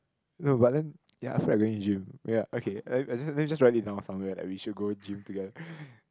no but then ya I feel like going gym ya okay as in then just write it down somewhere like we should go gym together